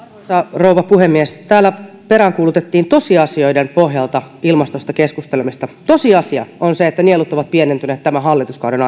rouva puhemies täällä peräänkuulutettiin tosiasioiden pohjalta ilmastosta keskustelemista tosiasia on se että nielut ovat pienentyneet tämän hallituskauden